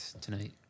tonight